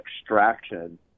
extraction